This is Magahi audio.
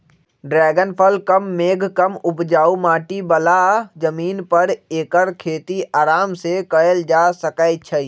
ड्रैगन फल कम मेघ कम उपजाऊ माटी बला जमीन पर ऐकर खेती अराम सेकएल जा सकै छइ